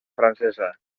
francesa